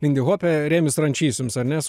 lindihope remis rančys jums ar ne su